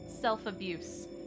self-abuse